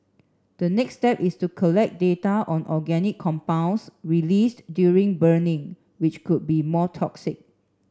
the next step is to collect data on organic compounds released during burning which could be more toxic